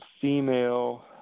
Female